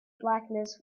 blackness